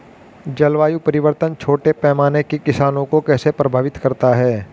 जलवायु परिवर्तन छोटे पैमाने के किसानों को कैसे प्रभावित करता है?